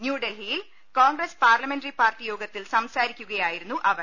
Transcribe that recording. ന്യൂഡൽഹിയിൽ Congress parliamentary party യോഗത്തിൽ സംസാരിക്കുകയായിരുന്നു അവർ